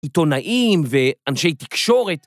‫עיתונאים ואנשי תקשורת.